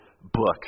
book